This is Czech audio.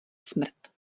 smrt